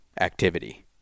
activity